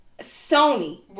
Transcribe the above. Sony